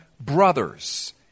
brothers